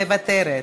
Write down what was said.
מוותרת,